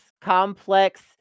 complex